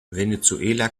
venezuela